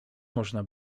można